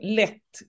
lätt